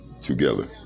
together